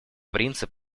принцип